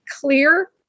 clear